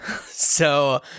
So-